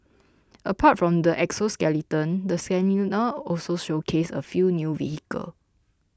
apart from the exoskeleton the seminar also showcase a few new vehicle